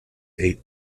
eight